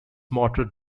motor